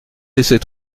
laisser